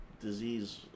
disease